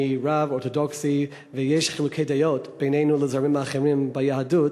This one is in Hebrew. אני רב אורתודוקסי ויש חילוקי דעות בינינו לזרמים האחרים ביהדות,